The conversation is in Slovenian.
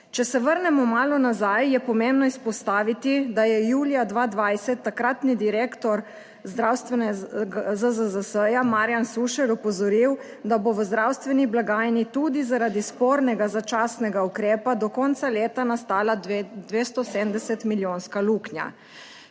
Če se vrnemo malo nazaj, je pomembno izpostaviti, da je julija 2020. Takratni direktor zdravstvene..., ZZZS-ja, Marjan Sušelj opozoril, da bo v zdravstveni blagajni tudi zaradi spornega začasnega ukrepa do konca leta nastala 270 milijonska luknja.